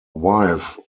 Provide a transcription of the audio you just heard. wife